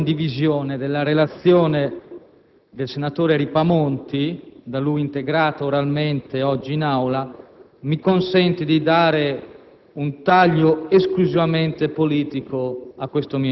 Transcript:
la sostanziale condivisione della relazione del senatore Ripamonti, da lui integrata oralmente oggi in Aula,